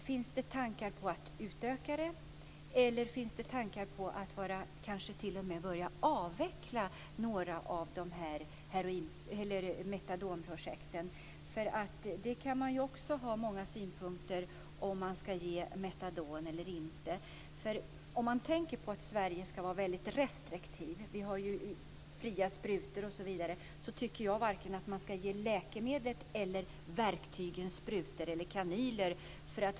Finns det tankar på att utöka dem, eller finns det kanske tankar på att t.o.m. börja avveckla några av metadonprojekten? Man kan ju ha många synpunkter på om man ska ge metadon eller inte. Om man säger att Sverige ska vara väldigt restriktivt - här har vi ju fria sprutor osv. - tycker jag att man varken ska ge läkemedel eller verktygen sprutor och kanyler.